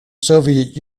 soviet